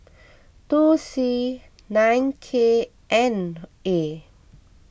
two C nine K N A